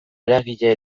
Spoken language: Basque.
eragile